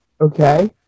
Okay